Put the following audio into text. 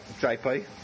JP